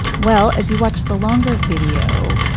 well, as you watch the longer video,